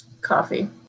Coffee